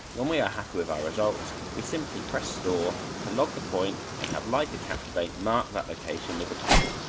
when we are happy with our results, we simply press store to log the point and have leica captivate mark that location with a peg.